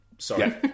Sorry